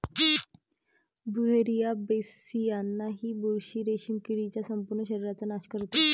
Beauveria bassiana ही बुरशी रेशीम किडीच्या संपूर्ण शरीराचा नाश करते